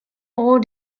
all